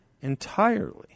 entirely